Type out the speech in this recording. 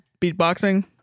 beatboxing